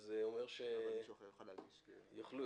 זה אומר שיוכלו להגיש עוד רביזיות?